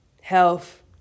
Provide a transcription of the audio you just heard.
health